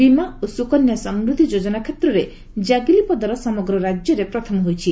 ବୀମା ଓ ସୁକନ୍ୟା ସମୃଦ୍ଧି ଯୋଜନା କ୍ଷେତ୍ରରେ କାଗିଲିପଦର ସମଗ୍ର ରାଜ୍ୟରେ ପ୍ରଥମ ହୋଇଛି